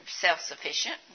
self-sufficient